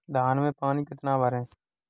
धान में पानी कितना भरें?